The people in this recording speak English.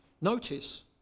Notice